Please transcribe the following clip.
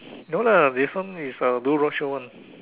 no lah this one is uh do roadshow one